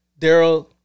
Daryl